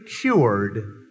cured